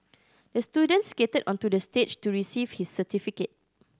the student skated onto the stage to receive his certificate